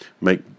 make